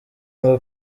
ngo